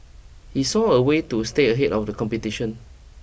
he saw a way to stay ahead of the competition